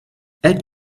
add